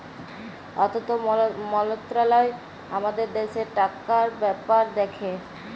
অথ্থ মলত্রলালয় আমাদের দ্যাশের টাকার ব্যাপার দ্যাখে